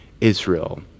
Israel